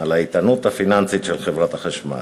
על האיתנות הפיננסית של חברת החשמל.